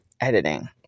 editing